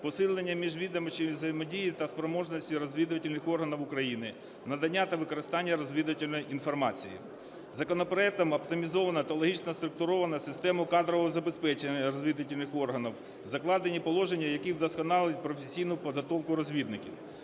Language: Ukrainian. посилення міжвідомчої взаємодії та спроможності розвідувальних органів України, надання та використання розвідувальної інформації. Законопроектом оптимізовано та логічно структуровано систему кадрового забезпечення розвідувальних органів, закладені положення, які вдосконалять професійну підготовку розвідників.